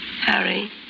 Harry